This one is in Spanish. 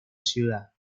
ciudad